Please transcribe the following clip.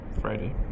Friday